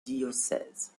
diocèse